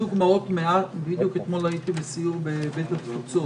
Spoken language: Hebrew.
בדיוק אתמול הייתי בסיור בבית התפוצות,